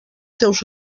teus